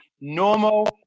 normal